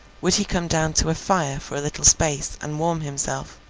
would he come down to a fire for a little space, and warm himself?